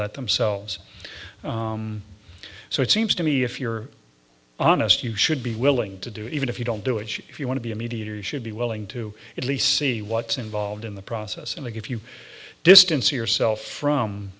that themselves so it seems to me if you're honest you should be willing to do even if you don't do it if you want to be a mediator should be willing to at least see what's involved in the process and if you distance yourself from